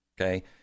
okay